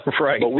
Right